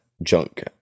junk